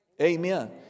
Amen